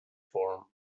form